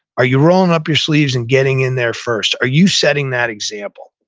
are you rolling up your sleeves and getting in there first? are you setting that example?